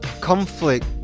Conflict